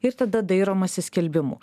ir tada dairomasi skelbimų